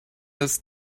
this